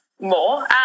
more